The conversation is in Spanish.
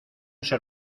ser